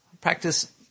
practice